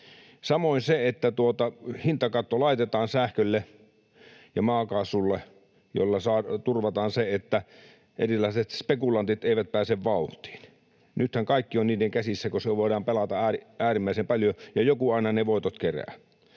samoin se, että hintakatto laitetaan sähkölle ja maakaasulle, millä turvataan se, että erilaiset spekulantit eivät pääse vauhtiin. Nythän kaikki on heidän käsissään, kun siellä voidaan pelata äärimmäisen paljon ja joku aina ne voitot kerää.